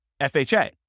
FHA